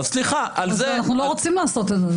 סליחה, על זה --- אז אנחנו לא רוצים את זה.